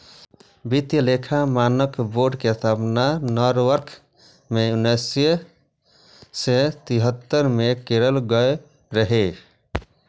वित्तीय लेखा मानक बोर्ड के स्थापना नॉरवॉक मे उन्नैस सय तिहत्तर मे कैल गेल रहै